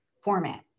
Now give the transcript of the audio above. format